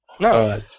No